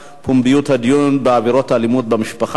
(פומביות הדיון בעבירות אלימות במשפחה),